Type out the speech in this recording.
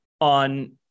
on